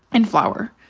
and flour.